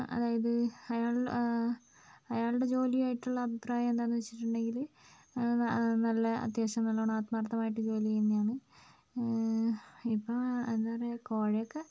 അതായത് അയാൾ അയാളുടെ ജോലിയായിട്ടുള്ള അഭിപ്രായം എന്താന്ന് വെച്ചിട്ടുണ്ടെങ്കിൽ നല്ല അത്യാവശ്യം നല്ലോണം ആത്മാര്ത്ഥമായിട്ട് ജോലി ചെയ്യുന്നതാണ് ഇപ്പം എന്താ പറയാ കോഴയൊക്കെ